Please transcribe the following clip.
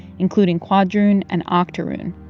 including quadroon and octoroon.